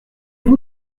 vous